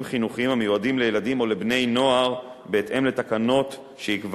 חינוכיים המיועדים לילדים או לבני-נוער בהתאם לתקנות שיקבע.